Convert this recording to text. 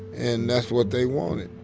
and that's what they wanted